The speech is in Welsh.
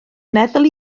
meddwl